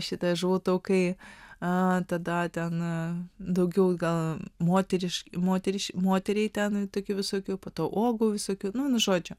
šita žuvų taukai tada ten daugiau gal moteriai ten tokių visokių po to uogų visokių nuo žodžio